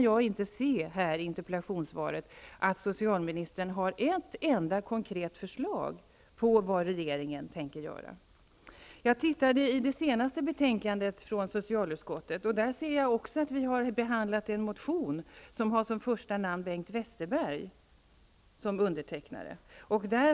Jag kan i interpellationssvaret inte se att socialministern har ett enda konkret förslag på vad regeringen tänker göra. Jag tittade i socialutskottets senaste betänkande om detta, och jag såg där att vi har behandlat en motion som har Bengt Westerberg som första namn.